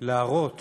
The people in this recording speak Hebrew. להראות